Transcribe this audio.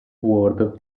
ward